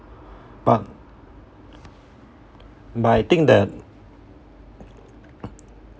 but but I think that